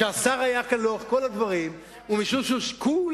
והשר "היה" כאן לאורך כל הדברים,